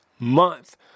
month